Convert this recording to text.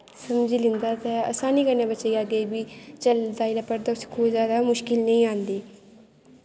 समझी लैंदा ते आसानी कन्नै बच्चे गी अग्गें बी चली पौंदा स्कूल जा दा मुश्कल नेईं आंदी